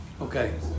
Okay